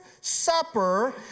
supper